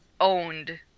owned